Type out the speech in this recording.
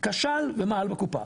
כשל ומעל בקופה,